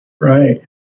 right